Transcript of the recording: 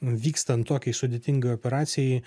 vykstant tokiai sudėtingai operacijai